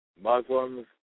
Muslims